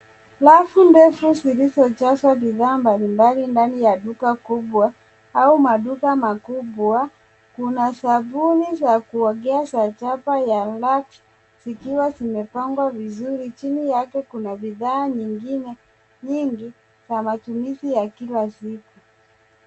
Rafu ndefu zilizojazwa bidhaa mbalimbali ndani ya duka kubwa au maduka makubwa. Kuna sabuni za kuogea za chapa ya, lux, zikiwa zimepangwa vizuri. Chini yake kuna bidhaa nyingine nyingi za matumizi ya kila siku.